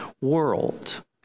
world